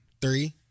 Three